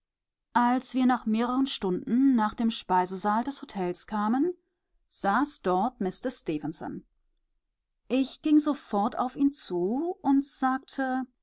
als wir nach mehreren stunden nach dem speisesaal des hotels kamen saß dort mister stefenson ich ging sofort auf ihn zu und sagte